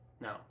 No